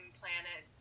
planet